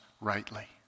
rightly